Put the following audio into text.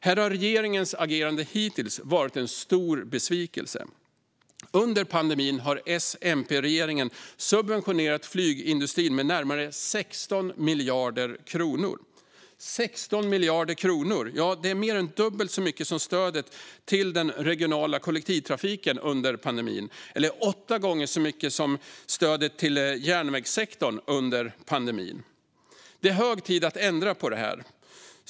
Här har regeringens agerande hittills varit en stor besvikelse. Under pandemin har S-MP-regeringen subventionerat flygindustrin med närmare 16 miljarder kronor. Det är mer än dubbelt så mycket som stödet till den regionala kollektivtrafiken under pandemin och åtta gånger så mycket som stödet till järnvägssektorn under pandemin. Det är hög tid att ändra på det här.